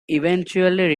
eventually